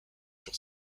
sur